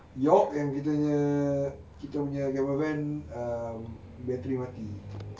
york yang kita punya kita punya camper van um battery mati